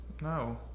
no